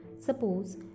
Suppose